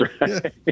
right